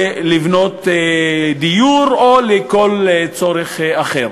בשביל לבנות דיור או לכל צורך אחר.